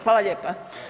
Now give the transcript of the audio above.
Hvala lijepa.